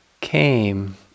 came